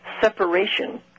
separation